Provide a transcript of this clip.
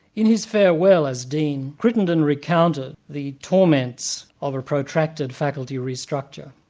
in his farewell as dean, crittenden recounted the torments of a protracted faculty restructure,